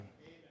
Amen